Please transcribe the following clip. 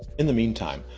in the meantime,